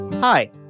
Hi